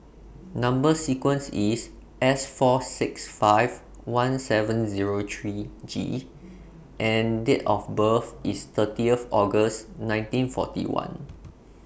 Number sequence IS S four six five one seven Zero three G and Date of birth IS thirtieth August nineteen forty one